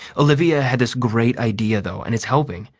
olivia had this great idea, though, and it's helping.